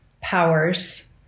powers